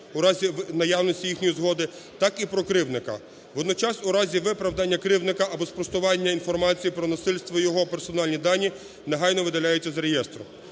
у разі наявності їхньої згоди, так і про кривдника. Водночас, у разі виправдання кривдника або спростування інформації про насильство, його персональні дані негайно видаляються з реєстру.